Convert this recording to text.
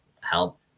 help